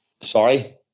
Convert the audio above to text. sorry